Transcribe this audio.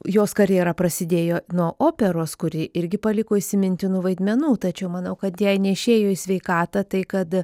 jos karjera prasidėjo nuo operos kuri irgi paliko įsimintinų vaidmenų tačiau manau kad jai neišėjo į sveikatą tai kad